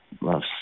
Love